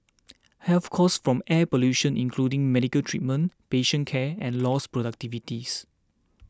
health costs from air pollution including medical treatment patient care and lost productivities